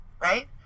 Right